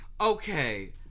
Okay